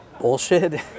bullshit